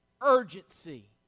urgency